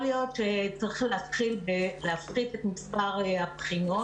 להיות שצריך להתחיל בלהפחית את מספר הבחינות.